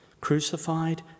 Crucified